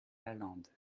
lalande